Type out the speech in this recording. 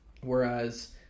whereas